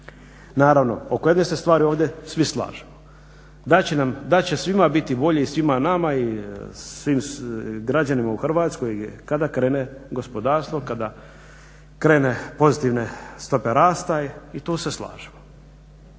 Naravno oko jedne se stvari svi ovdje slažemo, da će svima biti bolje i svima nama i svim građanima u Hrvatskoj kada krene gospodarstvo kada krene pozitivne stope rasta i tu se slažemo.